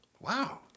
Wow